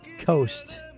coast